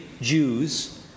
Jews